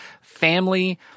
family